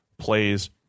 plays